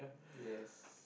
yes